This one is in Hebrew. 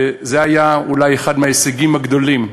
זה היה אולי אחד מההישגים הגדולים,